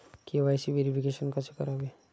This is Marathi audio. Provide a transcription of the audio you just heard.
के.वाय.सी व्हेरिफिकेशन कसे करावे?